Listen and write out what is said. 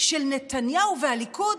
של נתניהו והליכוד,